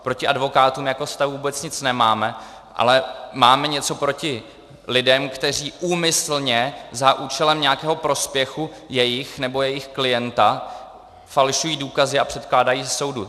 Proti advokátům jako stavu vůbec nic nemáme, ale máme něco proti lidem, kteří úmyslně za účelem nějakého prospěchu jejich nebo jejich klienta falšují důkazy a předkládají je soudu.